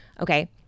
okay